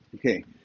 Okay